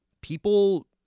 people